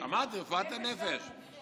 אמרתי רפואת הנפש.